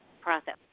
process